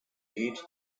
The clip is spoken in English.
aid